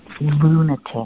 lunatic